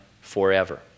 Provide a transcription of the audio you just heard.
forever